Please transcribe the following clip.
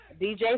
DJ